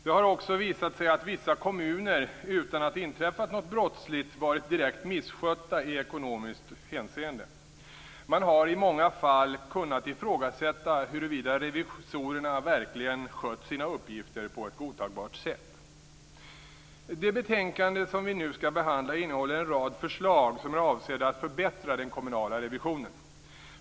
Det har också visat sig att vissa kommuner, utan att det inträffat något brottsligt, varit direkt misskötta i ekonomiskt hänseende. Man har i många fall kunnat ifrågasätta huruvida revisorerna verkligen skött sina uppgifter på ett godtagbart sätt. Det betänkande som vi nu skall behandla innehåller en rad förslag som är avsedda att förbättra den kommunala revisionen.